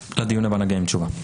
לדיון הבא נגיע עם תשובה.